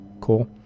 Cool